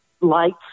lights